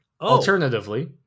alternatively